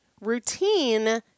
Routine